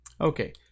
Okay